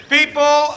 People